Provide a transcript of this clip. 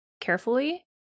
carefully